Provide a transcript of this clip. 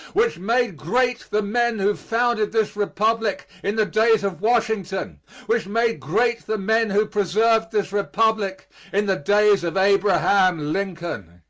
which made great the men who founded this republic in the days of washington which made great the men who preserved this republic in the days of abraham lincoln.